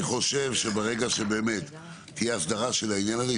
אני חושב שברגע שתהיה הסדרה של העניין הזה,